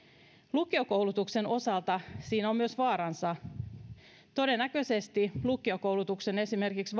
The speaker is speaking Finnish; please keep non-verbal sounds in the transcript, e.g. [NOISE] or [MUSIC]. lukiokoulutuksen osalta siinä on myös vaaransa todennäköisesti esimerkiksi [UNINTELLIGIBLE]